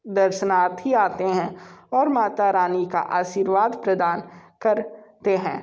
दर्शनार्थी आते हैं और माता रानी का आशीर्वाद प्रदान करते हैं